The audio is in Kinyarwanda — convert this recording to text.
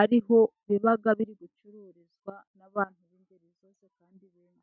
ari ho biba biri gucururizwa n'abantu b'ingeri zose, kandi benshi.